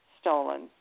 stolen